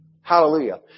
Hallelujah